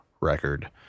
record